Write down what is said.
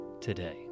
today